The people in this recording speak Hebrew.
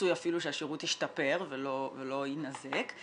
ורצוי אפילו שהשירות ישתפר ולא יינזק.